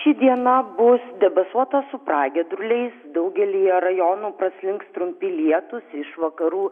ši diena bus debesuota su pragiedruliais daugelyje rajonų praslinks trumpi lietūs iš vakarų